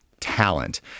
talent